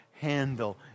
handle